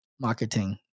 marketing